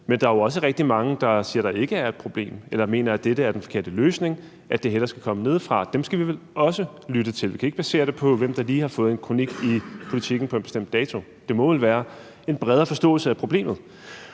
Men der er jo også rigtig mange, der siger, at der ikke er et problem, eller som mener, at dette er den forkerte løsning, og at det hellere skal komme nedefra, og dem skal vi vel også lytte til. Vi kan ikke basere det på, hvem der lige har fået en kronik i Politiken på en bestemt dato, for det må vel være en bredere forståelse af problemet.